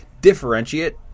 differentiate